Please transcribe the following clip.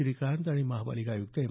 श्रीकांत आणि महापालिका आयक्त एम